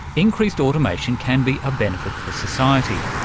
increased automation can be a benefit for society.